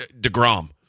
DeGrom